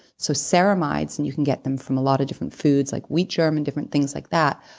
so ceramides, and you can get them from a lot of different foods like wheatgerm and different things like that,